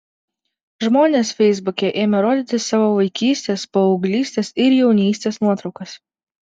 žmonės feisbuke ėmė rodyti savo vaikystės paauglystės ir jaunystės nuotraukas